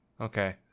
okay